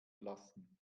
lassen